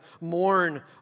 mourn